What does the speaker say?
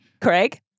Craig